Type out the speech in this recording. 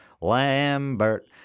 Lambert